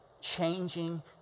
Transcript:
changing